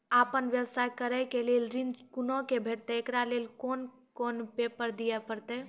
आपन व्यवसाय करै के लेल ऋण कुना के भेंटते एकरा लेल कौन कौन पेपर दिए परतै?